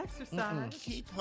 exercise